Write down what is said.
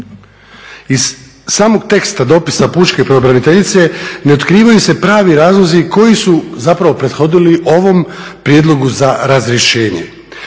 Iz samog teksta dopisa pučke pravobraniteljice ne otkrivaju se pravi razlozi koji su zapravo prethodili ovom prijedlogu za razrješenje,